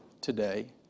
today